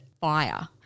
fire